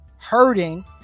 hurting